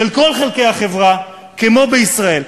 של כל חלקי החברה, כמו בישראל.